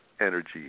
energy